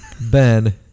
Ben